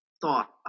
thought